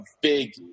big